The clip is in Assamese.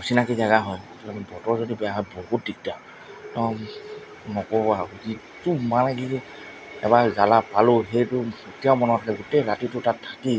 অচিনাকি জেগা হয় বতৰ যদি বেয়া হয় বহুত দিগদাৰ একদম নক'ব আৰু যিটো মানে কি এবাৰ জ্বালা পালোঁ সেইটো এতিয়াও মনত আছে গোটেই ৰাতিটো তাত থাকি